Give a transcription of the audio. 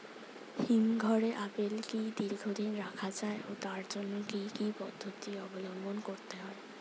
হিমঘরে আপেল কি দীর্ঘদিন রাখা যায় ও তার জন্য কি কি পদ্ধতি অবলম্বন করতে হবে?